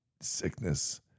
sickness